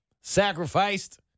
Sacrificed